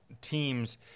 teams –